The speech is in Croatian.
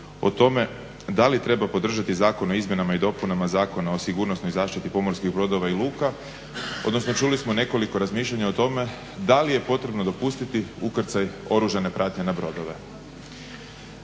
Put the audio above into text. o tome da li treba podržati zakon o izmjenama i dopunama Zakona o sigurnosnoj zaštiti pomorskih brodova i luka, odnosno čuli smo nekoliko razmišljanja o tome da li je potrebno dopustiti ukrcaj oružane pratnje na brodove.